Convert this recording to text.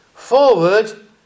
forward